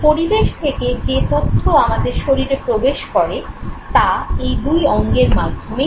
পরিবেশ থেকে যে তথ্য আমাদের শরীরে প্রবেশ করে তা এই দুই অঙ্গের মাধ্যমেই হয়